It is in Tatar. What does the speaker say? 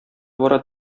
бара